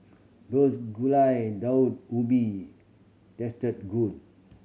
does Gulai Daun Ubi taste good